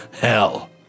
hell